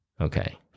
Okay